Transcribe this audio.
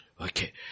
Okay